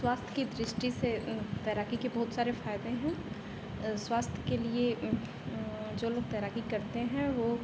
स्वास्थ्य की दृष्टि से तैराकी के बहुत सारे फ़ायदे हैं स्वास्थ्य के लिए जो लोग तैराकी करते हैं वह